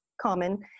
common